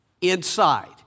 inside